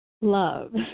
love